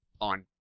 on